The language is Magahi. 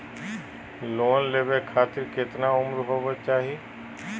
लोन लेवे खातिर केतना उम्र होवे चाही?